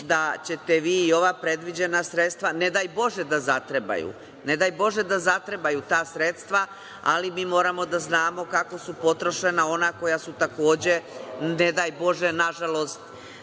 da će te vi i ova predviđena sredstva, ne daj Bože da zatrebaju, ne daj Bože da zatrebaju ta sredstva, ali mi moramo da znamo kako su potrošena ona koja su takođe, ne daj Bože nažalost